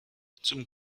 zum